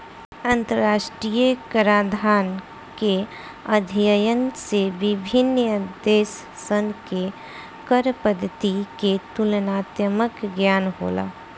अंतरराष्ट्रीय कराधान के अध्ययन से विभिन्न देशसन के कर पद्धति के तुलनात्मक ज्ञान होला